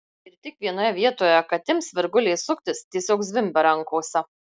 ir tik vienoje vietoje kad ims virgulės suktis tiesiog zvimbia rankose